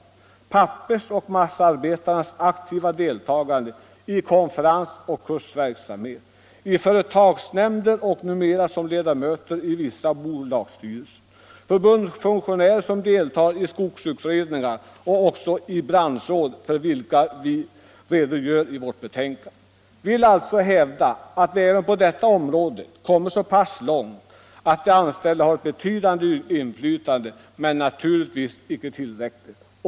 Jag är medveten om pappersoch massaarbetarnas aktiva deltagande i konferensoch kursverksamhet, i företagsnämnder och numera också som ledamöter i vissa bolagsstyrelser. De verkar ju också som förbundsfunktionärer och som deltagare i skogsutredningar och branschråd. Vi redogör för detta i vårt betänkande. Vi vill därför hävda att vi även på detta område har kommit så långt att de anställda har ett betydande men naturligtvis inte tillräckligt inflytande.